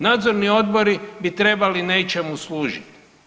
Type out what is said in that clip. Nadzorni odbori bi trebali nečemu služiti.